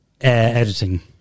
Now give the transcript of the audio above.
Editing